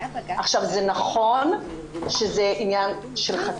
זה נכון שזה עניין של חקיקה,